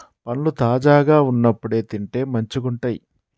పండ్లు తాజాగా వున్నప్పుడే తింటే మంచిగుంటయ్